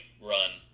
run